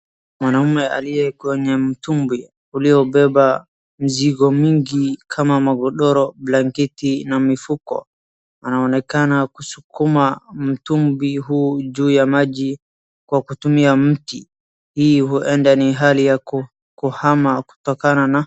Mwanaume aliye kwenye mtumbwi uliobeba mzigo mingi kama magodoro, blanketi na mifuko. Anaonekana kusukuma mtumbwi huu juu ya maji kwa kutumia mti. Hii huenda ni hali ya kuhama kutokana na.